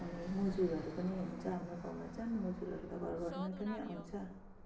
अनि मजुरहरू पनि हुन्छ हाम्रो गाउँमा चाहिँ मजुरहरू त घर घरमै पनि आउँछ